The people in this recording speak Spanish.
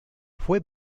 fue